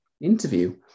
interview